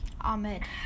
Ahmed